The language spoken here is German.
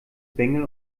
bengel